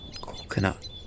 coconut